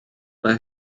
mae